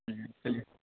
چلیے